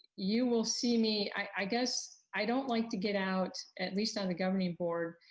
you will see me. i guess, i don't like to get out at least on the governing board,